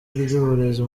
ry’uburezi